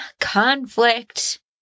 conflict